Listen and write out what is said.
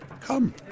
come